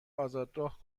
آزادراه